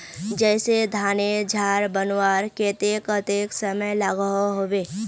जैसे धानेर झार बनवार केते कतेक समय लागोहो होबे?